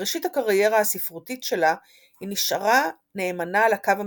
בראשית הקריירה הספרותית שלה היא נשארה נאמנה לקו המפלגתי,